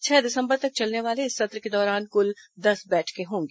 छह दिसंबर तक चलने वाले इस सत्र के दौरान कुल दस बैठकें होंगी